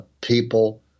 people